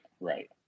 Right